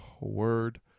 word